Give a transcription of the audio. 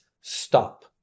stop